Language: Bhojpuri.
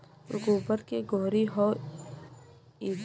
गोबर के गोहरी हो गएल